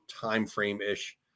timeframe-ish